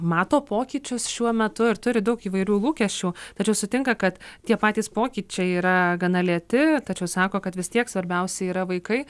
mato pokyčius šiuo metu ir turi daug įvairių lūkesčių tačiau sutinka kad tie patys pokyčiai yra gana lėti tačiau sako kad vis tiek svarbiausia yra vaikai